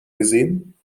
gesehen